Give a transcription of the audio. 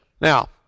Now